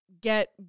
get